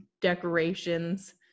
decorations